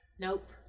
Nope